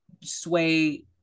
sway